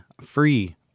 free